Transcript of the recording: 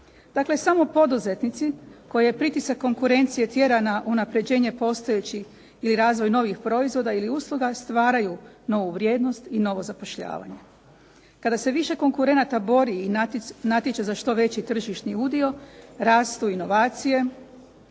Znači samo poduzetnici koje pritisak konkurencije tjera na unapređenje postojećih ili razvoj novih proizvoda ili usluga stvaraju novu vrijednost i novo zapošljavanje. Kada se više konkurenata bori ili natječe za što veći tržišni udio rastu inovacije,